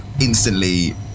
instantly